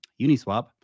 Uniswap